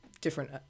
different